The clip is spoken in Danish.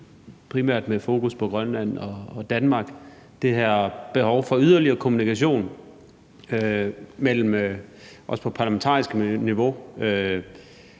primært med fokus på Grønland og Danmark, altså det her behov for yderligere kommunikation, også på parlamentarisk niveau,